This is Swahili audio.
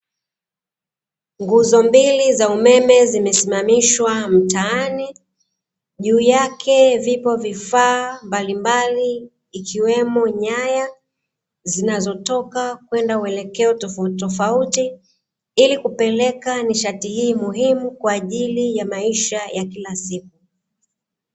Nguzo mbili za umeme zimesimamishwa mtaani juu yake vipo vifaa mbalimbali ikiwemo nyaya zinazotoka kwenda uelekeo tofauti tofauti, ili kupeleka nishati hii muhimu kwa ajili ya maisha ya kila siku.